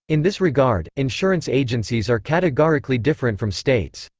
in this regard, insurance agencies are categorically different from states.